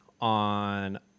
on